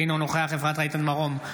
אינו נוכח אפרת רייטן מרום,